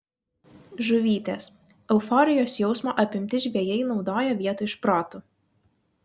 žuvytės euforijos jausmo apimti žvejai naudoja vietoj šprotų